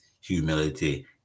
humility